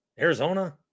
Arizona